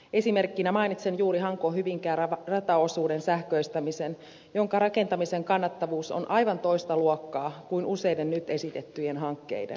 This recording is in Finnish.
esimerkkinä mainitsen juuri hankohyvinkää rataosuuden sähköistämisen jonka rakentamisen kannattavuus on aivan toista luokkaa kuin useiden nyt esitettyjen hankkeiden